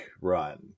run